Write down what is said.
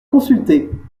consultés